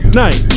night